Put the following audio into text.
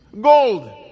Gold